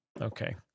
Okay